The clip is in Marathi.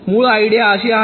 मूळ आयडीया अशी आहे